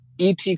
ET